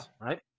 right